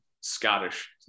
Scottish